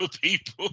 people